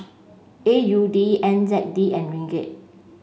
A U D N Z D and Ringgit